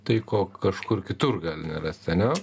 tai ko kažkur kitur gali nerasti ane